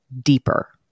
deeper